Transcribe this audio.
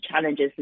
challenges